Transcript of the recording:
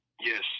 Yes